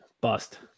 Bust